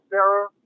Sarah